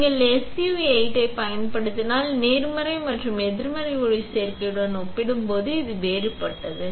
நீங்கள் SU8 ஐப் பயன்படுத்தினால் நேர்மறை மற்றும் எதிர்மறை ஒளிச்சேர்க்கையுடன் ஒப்பிடும்போது இது வேறுபட்டது